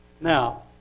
Now